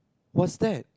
what's that